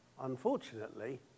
Unfortunately